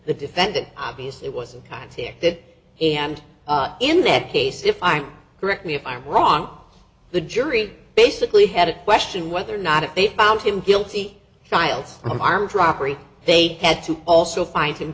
the defendant obviously wasn't here and in that case if i'm correct me if i'm wrong the jury basically had a question whether or not they found him guilty files of armed robbery they had to also find him